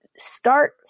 Start